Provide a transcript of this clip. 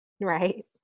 Right